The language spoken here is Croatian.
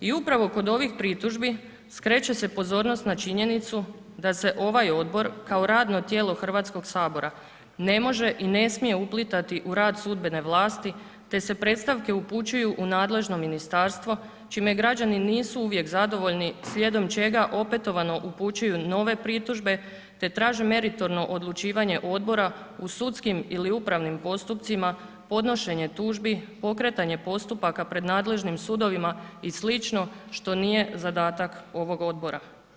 I upravo kod ovih pritužbi skreće se pozornost na činjenicu da se ovaj odbor kao radno tijelo Hrvatskog sabora ne može i ne smije uplitati u rad sudbene vlasti, te se predstavke upućuju u nadležno ministarstvo čime građani nisu uvijek zadovoljni slijedom čega opetovano upućuju nove pritužbe te traže meritorno odlučivanje odbora u sudskim ili upravnim postupcima, podnošenje tužbi, pokretanje postupaka pred nadležnim sudovima i sl. što nije zadatak ovog odbora.